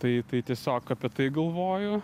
tai tai tiesiog apie tai galvoju